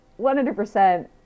100%